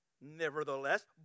nevertheless